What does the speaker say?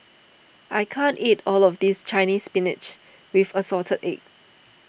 I can't eat all of this Chinese Spinach with Assorted Eggs